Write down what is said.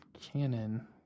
Cannon